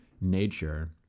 nature